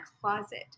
closet